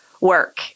work